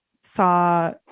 saw